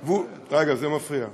חברים,